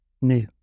new